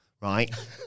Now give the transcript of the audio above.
Right